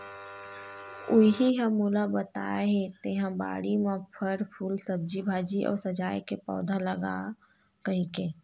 उहीं ह मोला बताय हे तेंहा बाड़ी म फर, फूल, सब्जी भाजी अउ सजाय के पउधा लगा कहिके